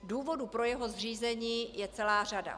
Důvodů pro jeho zřízení je celá řada.